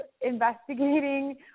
investigating